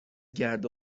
گرد